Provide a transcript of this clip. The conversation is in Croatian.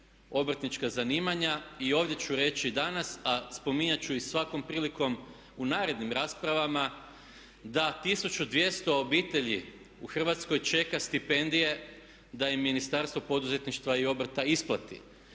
obrtnička zanimanja i ovdje ću reći danas a spominjat ću i svakom prilikom u narednim raspravama da 1200 obitelji u Hrvatskoj čeka stipendije da im Ministarstvo poduzetništva i obrta ispati